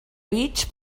bits